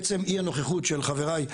עצם הנוכחות של חבריי,